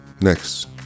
Next